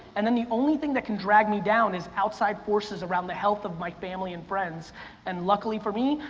and then the only thing that can drag me down is outside forces around the health of my family and friends and luckily for me,